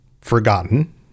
forgotten